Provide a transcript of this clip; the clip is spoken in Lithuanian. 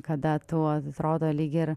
kada tu atrodo lyg ir